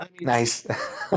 Nice